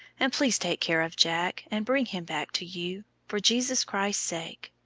and please take care of jack, and bring him back to you, for jesus christ's sake.